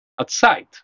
outside